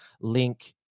link